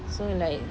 so like